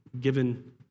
given